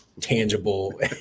tangible